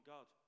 God